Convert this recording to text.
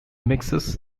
mixes